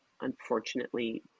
unfortunately